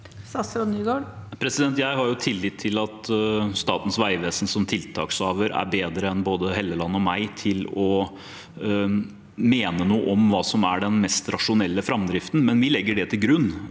Jeg har tillit til at Statens vegvesen som tiltakshaver er bedre enn både Helleland og jeg til å mene noe om hva som er den mest rasjonelle framdriften, men vi legger det til grunn.